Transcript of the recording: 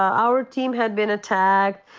our team has been attacked.